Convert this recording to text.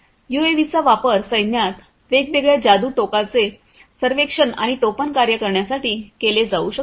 युएव्हीचा वापर सैन्यात वेगवेगळ्या जादू टोकाचे सर्वेक्षण आणि टोपण कार्य करण्यासाठी केले जाऊ शकते